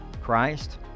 Christ